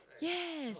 yes